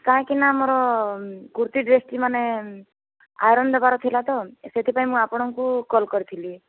କାହିଁକି ନା ମୋର କୁର୍ତି ଡ୍ରେସ୍ଟେ ମାନେ ଆଇରନ୍ ଦେବାର ଥିଲା ତ ସେଥିପାଇଁ ମୁଁ ଆପଣଙ୍କୁ କଲ୍ କରିଥିଲି